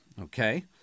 Okay